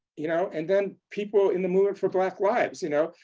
you know, and then people in the movement for black lives, you know,